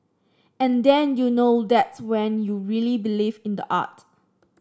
and then you know that's when you really believe in the art